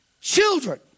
children